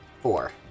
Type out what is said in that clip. Four